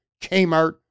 Kmart